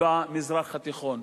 במזרח התיכון.